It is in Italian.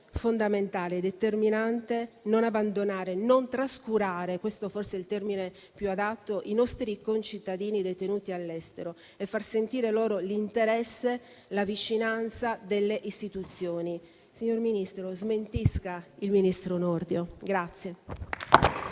fondamentale, determinante non abbandonare, non trascurare - questo forse è il termine più adatto - i nostri concittadini detenuti all'estero e far sentire loro l'interesse, la vicinanza delle istituzioni. Signor Ministro, smentisca il ministro Nordio.